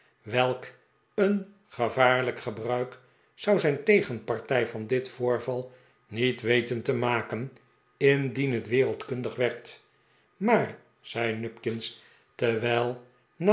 welk een gevaarlijk gebruik zou zijn tegenpartij van dit voorval niet weten te maken indien het wereldkundig werd maar zei nupkins